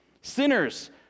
Sinners